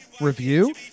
review